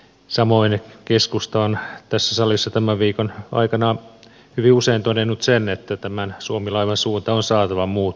samoin keskusta on tässä salissa tämän viikon aikana hyvin usein todennut sen että tämän suomi laivan suunta on saatava muuttumaan